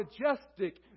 majestic